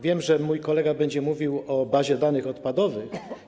Wiem, że mój kolega będzie mówił o bazie danych odpadowych.